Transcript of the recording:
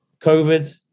COVID